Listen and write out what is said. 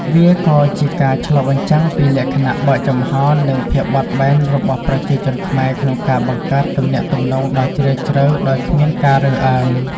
វាក៏ជាការឆ្លុះបញ្ចាំងពីលក្ខណៈបើកចំហរនិងភាពបត់បែនរបស់ប្រជាជនខ្មែរក្នុងការបង្កើតទំនាក់ទំនងដ៏ជ្រាលជ្រៅដោយគ្មានការរើសអើង។